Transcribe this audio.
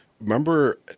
Remember